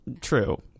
true